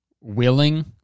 willing